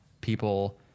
people